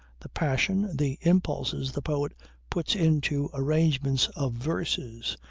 the passion, the impulses the poet puts into arrangements of verses,